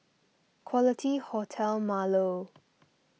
Quality Hotel Marlow